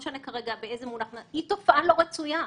היא תופעה לא רצויה,